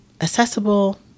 accessible